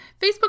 Facebook